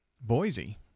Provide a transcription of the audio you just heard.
Boise